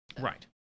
Right